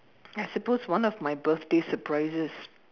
I suppose one of my birthday surprises